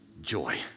joy